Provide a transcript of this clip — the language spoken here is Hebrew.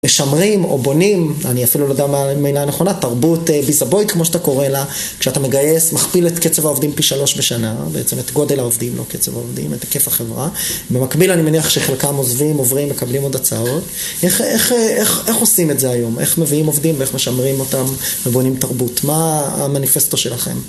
משמרים או בונים, אני אפילו לא יודע מה המילה הנכונה, תרבות ביזבוי כמו שאתה קורא לה, כשאתה מגייס, מכפיל את קצב העובדים פי שלוש בשנה, בעצם את גודל העובדים, לא קצב העובדים, את היקף החברה. במקביל אני מניח שחלקם עוזבים, עוברים, מקבלים עוד הצעות. איך עושים את זה היום? איך מביאים עובדים ואיך משמרים אותם ובונים תרבות? מה המניפסטו שלכם?